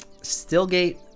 Stillgate